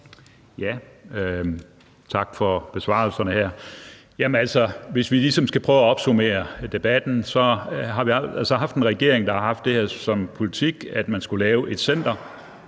hvis vi skal ligesom skal prøve at opsummere debatten, har vi altså haft en regering, der har haft det som politik, at man skulle lave et center